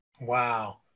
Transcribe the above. Wow